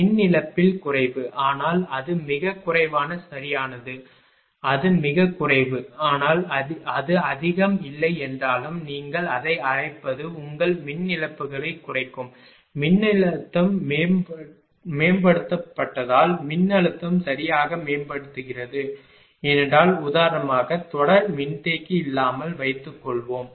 மின் இழப்பில் குறைவு ஆனால் அது மிகக் குறைவான சரியானது அது மிகக் குறைவு ஆனால் அது அதிகம் இல்லை என்றாலும் நீங்கள் அதை அழைப்பது உங்கள் மின் இழப்புகளைக் குறைக்கும் மின்னழுத்தம் மேம்படுத்தப்பட்டதால் மின்னழுத்தம் சரியாக மேம்படுகிறது ஏனென்றால் உதாரணமாக தொடர் மின்தேக்கி இல்லாமல் வைத்துக்கொள்வோம்